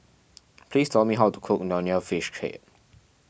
please tell me how to cook Nonya Fish